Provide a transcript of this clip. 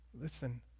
Listen